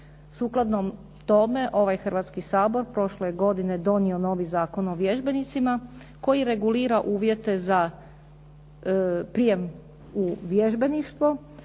Sukladno tome ovaj Hrvatski sabor prošle je godine donio novi Zakon o vježbenicima koji regulira uvjete za prijem u vježbeništvo